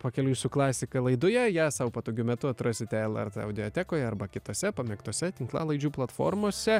pakeliui su klasika laidoje ją sau patogiu metu atrasite lrt audiotekoje arba kitose pamėgtose tinklalaidžių platformose